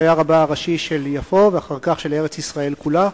שהיה רבה הראשי של יפו ואחר כך של ארץ-ישראל כולה,